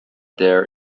there